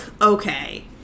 Okay